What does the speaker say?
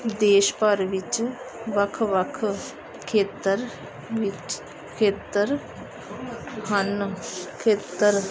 ਦੇਸ਼ ਭਰ ਵਿੱਚ ਵੱਖ ਵੱਖ ਖੇਤਰ ਵਿੱਚ ਖੇਤਰ ਹਨ ਖੇਤਰ